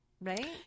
Right